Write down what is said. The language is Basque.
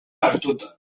hartuta